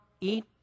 eat